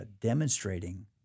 demonstrating